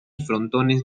frontones